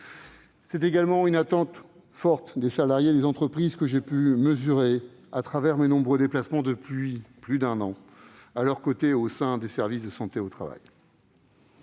C'est également une attente forte des salariés et des entreprises que j'ai pu mesurer à travers mes nombreux déplacements depuis plus d'un an à leurs côtés et au sein des services de santé au travail.